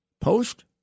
Post